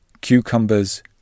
cucumbers